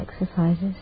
exercises